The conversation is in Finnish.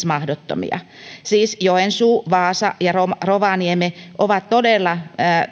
mahdottomia siis joensuu vaasa ja rovaniemi ovat todella